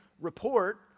report